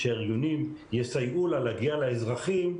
שהארגונים יסייעו לה להגיע לאזרחים,